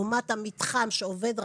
לעומת המתחם שעובד רכבת,